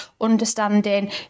understanding